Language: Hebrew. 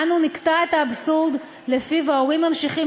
אנו נקטע את האבסורד שלפיו ההורים ממשיכים